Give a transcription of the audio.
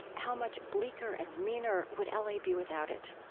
how much bleaker and meaner would l a. be without it?